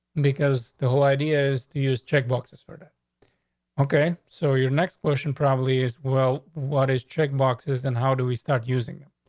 because the whole idea is to use check boxes for and okay, so your next question, probably as well. what is check boxes, and how do we start using them?